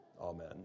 Amen